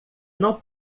não